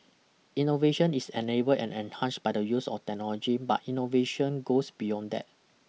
innovation is enabled and enhanced by the use of technology but innovation goes beyond that